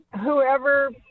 whoever